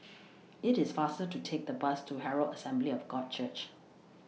IT IS faster to Take The Bus to Herald Assembly of God Church